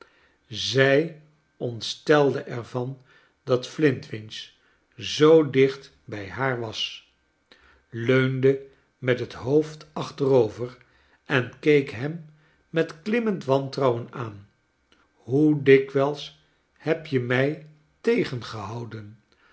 zij ontstelde er van dat flintwinch zoo dicht bij haar was leunde met het hoofd achterover en keek hem met klimmend wantrouwen aan hoe dikwijls heb je mij tegengehouden